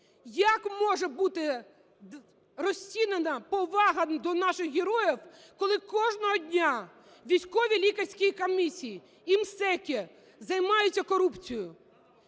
Як може бути розцінена повага до наших героїв, коли кожного дня військові лікарські комісії і МСЕКи займаються корупцією?!